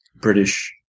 British